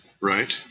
right